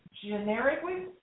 generically